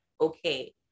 okay